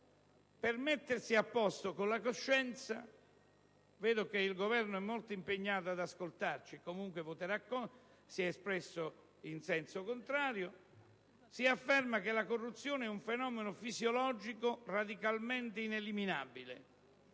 Per mettersi a posto con la coscienza (vedo che il Governo è molto impegnato ad ascoltarci e comunque si è espresso in senso contrario), si afferma che la corruzione è un fenomeno fisiologico, radicalmente ineliminabile.